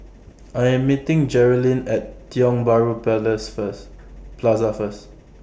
I Am meeting Jerilynn At Tiong Bahru Plaza First